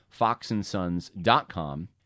foxandsons.com